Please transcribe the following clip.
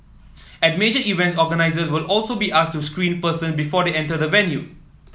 at major events organisers will also be asked to screen person before they enter the venue